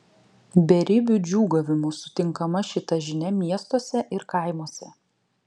beribiu džiūgavimu sutinkama šita žinia miestuose ir kaimuose